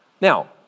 Now